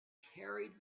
carried